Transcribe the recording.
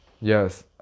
Yes